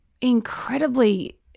incredibly